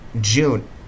June